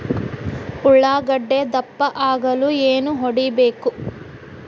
ಉಳ್ಳಾಗಡ್ಡೆ ದಪ್ಪ ಆಗಲು ಏನು ಹೊಡಿಬೇಕು?